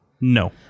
No